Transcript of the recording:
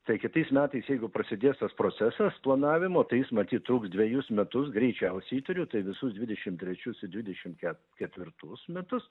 tai kitais metais jeigu prasidės tas procesas planavimo tai is matyt truks dvejus metus greičiausiai įtariu tai visus dvidešim trečius ir dvidešim ket ketvirtus metus